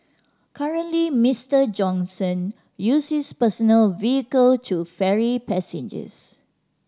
currently Mister Johnson uses personal vehicle to ferry passengers